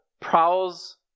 prowls